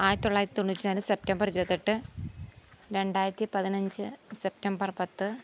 ആയിരത്തി തൊള്ളായിരത്തി തൊണ്ണൂറ്റി നാല് സെപ്റ്റംബർ ഇരുപത്തിയെട്ട് രണ്ടായിരത്തി പതിനഞ്ച് സെപ്റ്റംബർ പത്ത്